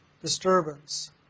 disturbance